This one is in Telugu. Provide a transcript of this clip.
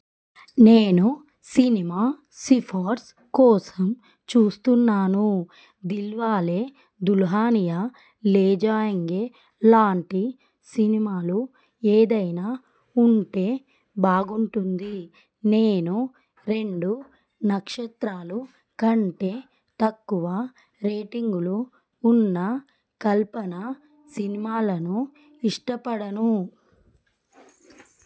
నేను సినిమా సిఫారసు కోసం చూస్తున్నాను దిల్వాలే దుల్హనియా లేజాయెంగే లాంటి సినిమాలు ఏదైనా ఉంటే బాగుంటుంది నేను రెండు నక్షత్రాలు కంటే తక్కువ రేటింగులు ఉన్న కల్పనా సినిమాలను ఇష్టపడను